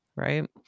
Right